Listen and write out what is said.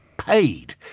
paid